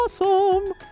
Awesome